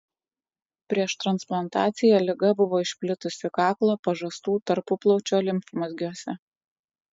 prieš transplantaciją liga buvo išplitusi kaklo pažastų tarpuplaučio limfmazgiuose